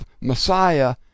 Messiah